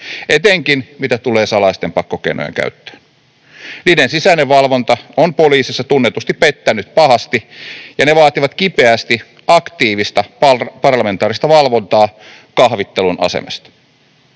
etenkin, mitä tulee salaisten pakkokeinojen käyttöön. Niiden sisäinen valvonta on poliisissa tunnetusti pettänyt pahasti, ja ne vaativat kipeästi aktiivista parlamentaarista valvontaa kahvittelun asemasta.